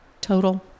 total